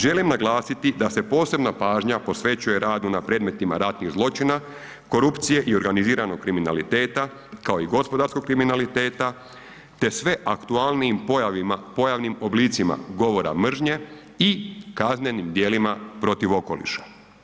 Želim naglasiti da se posebna pažnja posvećuje radu na predmetima ratnih zločina, korupcije i organiziranog kriminaliteta kao i gospodarskog kriminaliteta te sve aktualnijim pojavnim oblicima govora mržnje i kaznenim djelima protiv okoliša.